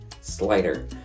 slider